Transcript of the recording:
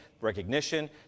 recognition